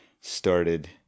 started